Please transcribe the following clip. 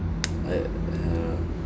my uh